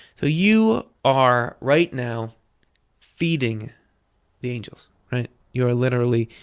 so you are right now feeding the angels. right? you're literally.